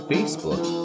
Facebook